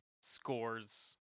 scores